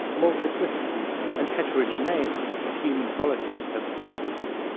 multiplicity and heterogeneity of human qualities have baffled you,